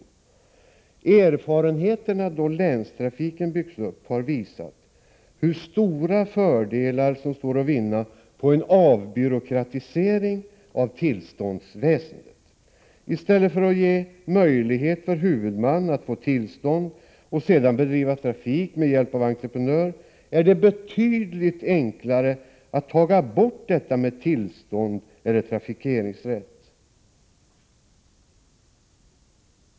Erfarenheterna då länstrafiken byggts upp har visat hur stora fördelar som står att vinna på en avbyråkratisering av tillståndsväsendet. I stället för att ge möjlighet för huvudman att få tillstånd och sedan bedriva trafik med hjälp av entreprenör är det betydligt enklare att ta bort detta med tillstånd och trafikeringsrätt.